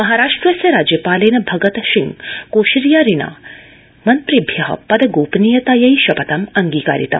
महाराष्ट्रस्य राज्यपालेन भगतसिंह कोशियारिणा मन्त्रिभ्य पद गोपनीयतायै शपथम् अङ्गीकारितम्